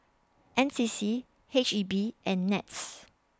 N C C H E B and Nets